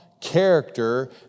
character